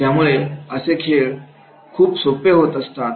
यामुळे असे खेळ खूप सोपे होत असतात